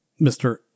Mr